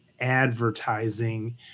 advertising